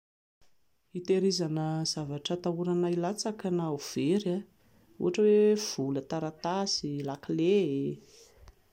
Hitehirizana zavatra hatahorana hilatsaka na ho very, ohatra hoe vola taratasy, lakile